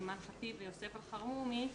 אימאן ח'טיב וסעיד אלחרומי,